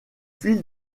fil